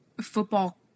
football